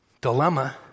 dilemma